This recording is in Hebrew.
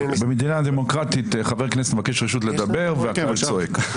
במדינה דמוקרטית חבר כנסת מבקש רשות לדבר והקהל צועק.